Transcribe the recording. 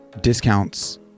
discounts